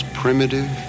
primitive